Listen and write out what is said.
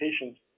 patients